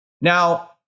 Now